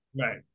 Right